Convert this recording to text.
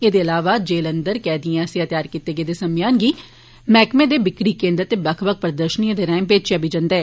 एहदे अलावा जेलें अंदर कैदिएं आसेआ तैयार कीते गेदे समेयान गी मैहकमे दे बिक्री केन्द्रे ते बक्ख बक्ख प्रदषर्निएं दे राएं बेचेआ बी जंदा ऐ